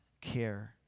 care